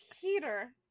Peter